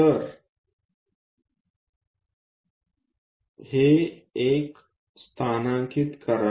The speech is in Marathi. तर हे 1 स्थानांकित करा